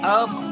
up